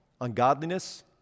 ungodliness